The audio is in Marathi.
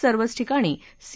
सर्वच ठिकाणी सी